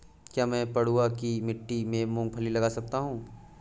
क्या मैं पडुआ की मिट्टी में मूँगफली लगा सकता हूँ?